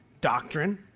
doctrine